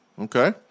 Okay